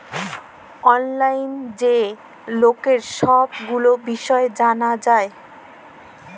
অললাইল যাঁয়ে ললের ছব গুলা বিষয় জালা যায়